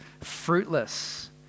fruitless